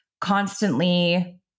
constantly